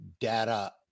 data